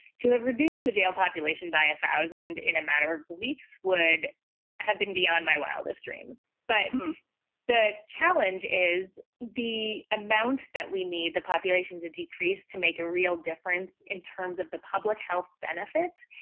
to have reduced the jail population by a thousand in a matter of weeks would have been beyond my wildest dreams. but the challenge is the amount that we need the population to decrease to make a real difference in terms of the public health benefit.